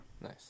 nice